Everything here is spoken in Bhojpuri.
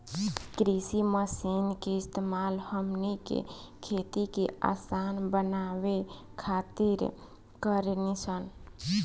कृषि मशीन के इस्तेमाल हमनी के खेती के असान बनावे खातिर कारेनी सन